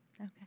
Okay